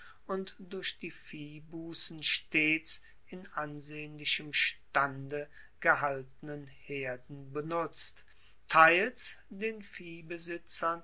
und durch die viehbussen stets in ansehnlichem stande gehaltenen herden benutzt teils den